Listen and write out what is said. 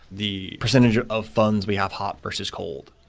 the percentage of funds, we have hot versus cold.